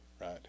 right